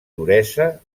duresa